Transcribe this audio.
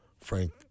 Frank